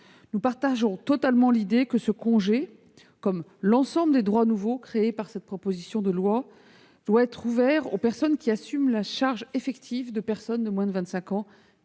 nous partageons totalement l'idée que ce congé, comme l'ensemble des droits nouveaux créés par cette proposition de loi, doit être ouvert aux personnes qui assument la charge effective de jeunes de moins de 25 qui